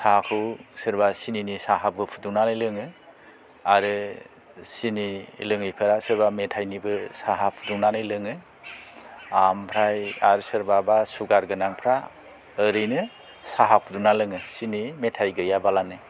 साहाखौ सोरबा सिनिनि साहाबो फुदुंनानै लोङो आरो सिनि लोङैफोरा सोरबा मेथायनिबो साहा फुदुंनानै लोङो आमफ्राय सोरबाबा सुगारफ्रा ओरैनो साहा फुदुंना लोङो सिनि मेथाइ गैयाबालानो